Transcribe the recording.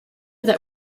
that